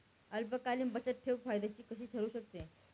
अल्पकालीन बचतठेव फायद्याची कशी ठरु शकते?